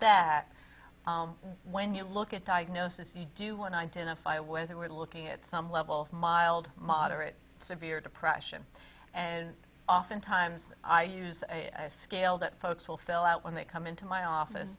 that when you look at diagnosis you do one identify whether we're looking at some level mild moderate severe depression and oftentimes i use a scale that folks will fill out when they come into my office